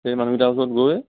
সেই মানুহকেইটাৰ ওচৰত গৈ